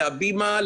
להבימה,